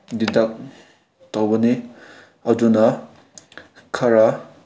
ꯗꯤꯗꯛ ꯇꯧꯒꯅꯤ ꯑꯗꯨꯅ ꯈꯔ